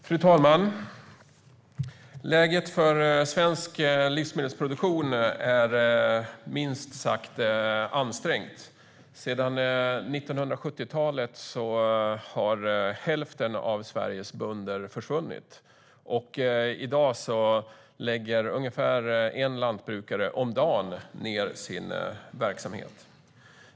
Fru talman! Läget för svensk livsmedelproduktion är minst sagt ansträngt. Sedan 1970-talet har hälften av Sveriges bönder försvunnit. I dag lägger ungefär en lantbrukare om dagen ned sin verksamhet.